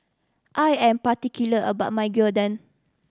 I am particular about my Gyudon